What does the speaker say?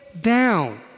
down